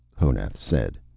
honath said.